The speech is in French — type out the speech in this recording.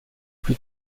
plus